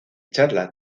charlas